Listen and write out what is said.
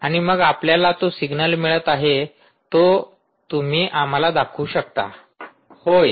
आणि मग आपल्याला तो सिग्नल मिळत आहे तो तुम्ही आम्हाला दाखवू शकता विद्यार्थी होय